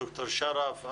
לדוקטור שרף,